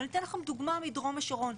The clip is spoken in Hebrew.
אבל אני אתן לכם דוגמה מדרום השרון.